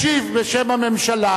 ישיב בשם הממשלה